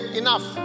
enough